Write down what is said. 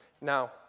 Now